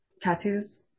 tattoos